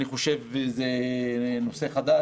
אני חושב שזה נושא חדש,